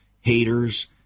haters